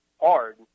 hard